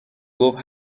گفت